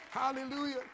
Hallelujah